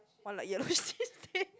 one like yellow shitting~